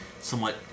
somewhat